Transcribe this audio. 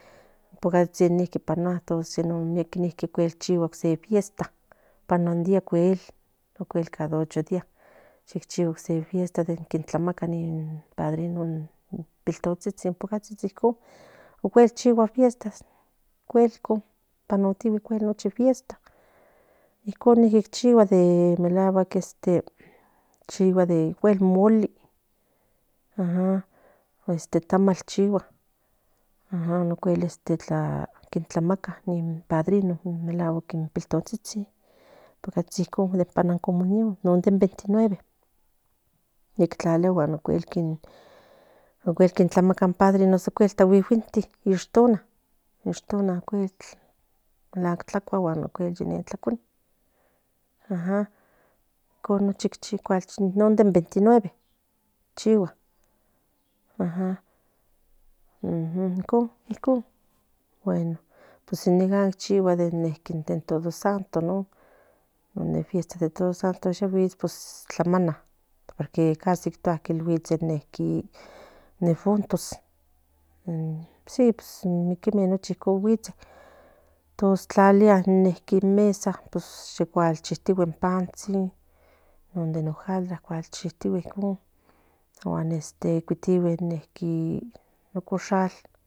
Pocatsitsi panua por eso ichigua se fiesta panua se fiesta cada ocho día tlamaca in padrinos in pipiltontsitsin ocuel panotigue nuchi fiestas de melacuatl chigua de molí ajam este tamal chigua ajam ocuel tlamatla ni padrino in pipiltontsitsin non den 29 ocuel tlamaca i guiguintin ichtonal ocuel tlacue y tlacuni ajam ocuel nochi non den 29 chigua ajam incon bueno pues nica in todo santos in fiesta yaguis tlamana porque casi tía guitse in difuntos mieke icon nochi pues cuchiltigui in panstsin ojaldra kitihue ocoshal